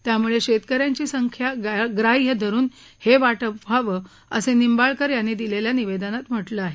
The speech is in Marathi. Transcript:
त्यामुळे शेतकऱ्यांची संख्या ग्राह्य धरून हे वाटप व्हावं असं निंबाळकर यांनी दिलेल्या निवेदनात म्हटलं आहे